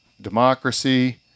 democracy